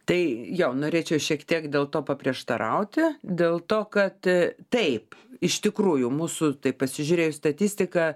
tai jo norėčiau šiek tiek dėl to paprieštarauti dėl to kad taip iš tikrųjų mūsų taip pasižiūrėjus statistiką